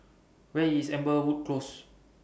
Where IS Amberwood Close